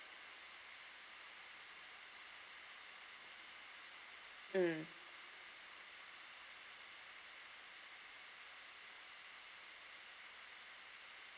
mm